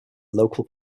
local